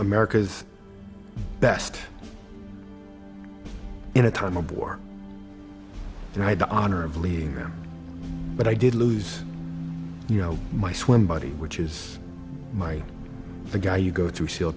america's best in a time of war and i had the honor of leading them but i did lose you know my swim buddy which is my the guy you go through s